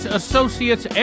associates